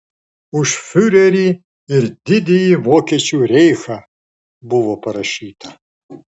už fiurerį ir didįjį vokiečių reichą buvo parašyta